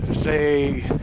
say